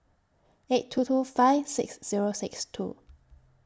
eight two two five six Zero six two